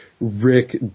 Rick